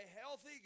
healthy